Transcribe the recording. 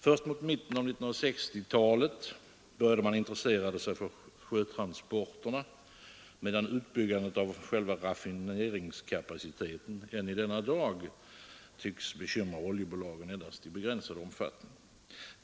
Först mot mitten av 1960-talet började man intressera sig för sjötransporterna, medan utbyggandet av raffineringskapaciteten än i dag tycks bekymra oljebolagen endast i begränsad omfattning.